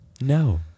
no